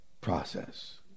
process